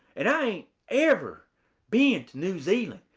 and i ain't ever been to new zealand.